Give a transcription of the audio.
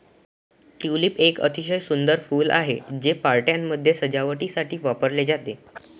tulip एक अतिशय सुंदर फूल आहे, ते पार्ट्यांमध्ये सजावटीसाठी वापरले जाते